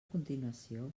continuació